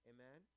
Amen